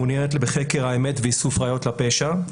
שמעוניינת בחקר האמת ואיסוף ראיות לפשע,